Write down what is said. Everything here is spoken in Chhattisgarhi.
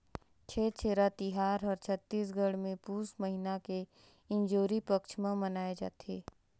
छेरछेरा तिहार हर छत्तीसगढ़ मे पुस महिना के इंजोरी पक्छ मे मनाए जथे